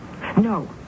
No